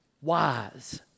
wise